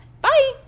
Bye